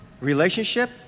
relationship